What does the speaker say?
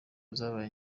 zabaye